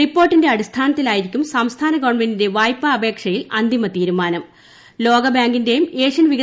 റിപ്പോർട്ടിന്റെ അടിസ്ഥാനത്തിലായിരിക്കും സംസ്ഥാന ഗവൺമെന്റിന്റെ വായ്പാ അപേക്ഷയിൽ അന്തിമ ലോകബാങ്കിന്റെയും ഏഷ്യൻ തീരുമാനം